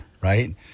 right